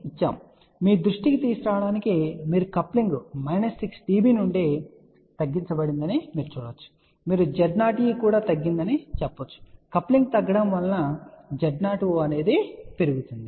కాబట్టి మీ దృష్టికి తీసుకురావడానికి మీరు కప్లింగ్ మైనస్ 6 నుండి తగ్గించబడిందని మీరు చూడవచ్చు మీరు Z0e కూడా తగ్గిందని చెప్పవచ్చు అయితే కప్లింగ్ తగ్గడం వలన Z0o పెరుగుతోంది